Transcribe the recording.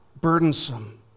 burdensome